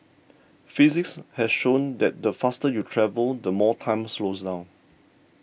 physics has shown that the faster you travel the more time slows down